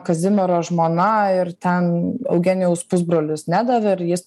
kazimiero žmona ir ten eugenijaus pusbrolis nedavė ir jais